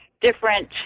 different